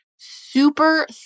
Super